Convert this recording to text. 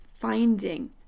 finding